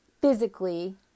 physically